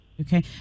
Okay